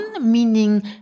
meaning